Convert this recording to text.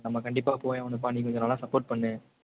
நம்ம கண்டிப்பாக போயே ஆகணும்பா நீ கொஞ்சம் நல்லா சப்போர்ட் பண்ணு